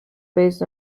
based